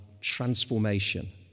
transformation